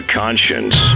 conscience